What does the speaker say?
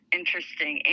interesting